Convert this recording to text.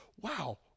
wow